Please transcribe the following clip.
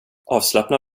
avslappnad